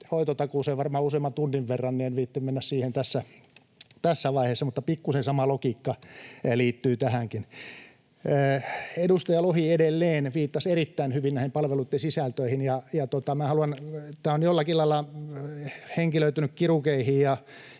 hoitotakuuseen varmaan useamman tunnin verran, niin en viitsi mennä siihen tässä vaiheessa, mutta pikkuisen sama logiikka liittyy tähänkin. Edustaja Lohi edelleen viittasi erittäin hyvin näihin palveluitten sisältöihin, ja tämä on jollakin lailla henkilöitynyt kirurgeihin